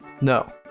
no